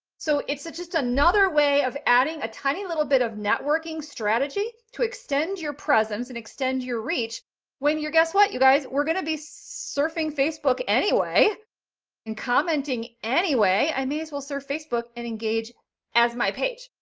so it's just another way of adding a tiny little bit of networking strategy to extend your presence and extend your reach when your guess what you guys were going to be surfing facebook anyway and commenting anyway. i may as well surf facebook and engage as my page.